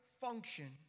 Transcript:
function